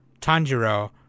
Tanjiro